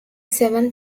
seven